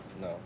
No